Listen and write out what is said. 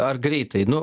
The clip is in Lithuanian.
ar greitai nu